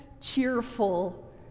cheerful